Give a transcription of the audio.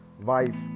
wife